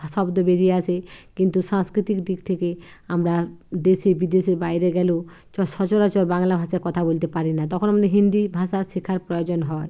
শব্দ বেরিয়ে আসে কিন্তু সাংস্কৃতিক দিক থেকে আমরা দেশে বিদেশে বাইরে গেলেও সচরাচর বাংলা ভাষায় কথা বলতে পারি না তখন আমাদের হিন্দি ভাষা শেখার প্রয়োজন হয়